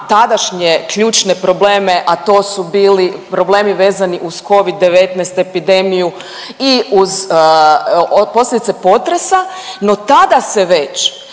tadašnje ključne probleme, a to su bili problemi vezani uz covid-19 epidemiju i uz posljedice potresa, no tada se već